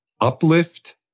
uplift